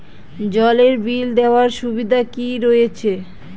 জলের বিল দেওয়ার সুবিধা কি রয়েছে?